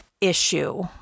issue